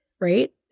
right